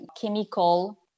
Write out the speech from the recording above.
chemical